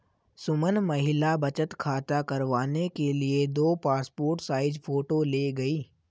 सुमन महिला बचत खाता करवाने के लिए दो पासपोर्ट साइज फोटो ले गई